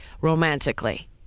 romantically